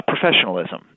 professionalism